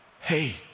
Hey